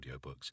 audiobooks